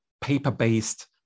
paper-based